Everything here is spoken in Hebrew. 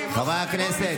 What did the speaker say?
חברי הכנסת,